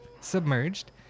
submerged